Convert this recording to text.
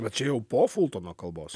bet čia jau po fultono kalbos